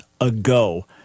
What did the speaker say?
ago